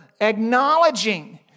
acknowledging